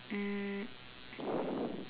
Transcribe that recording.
um